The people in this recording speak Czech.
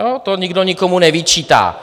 To nikdo nikomu nevyčítá.